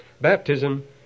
Baptism